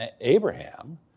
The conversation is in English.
Abraham